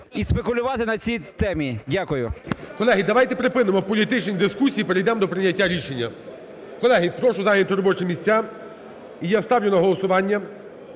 і спекулювати на цій темі. Дякую. ГОЛОВУЮЧИЙ. Колеги, давайте припинимо політичні дискусії і перейдемо до прийняття рішення. Колеги, прошу зайняти робочі місця. І я ставлю на голосування